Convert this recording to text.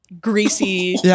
greasy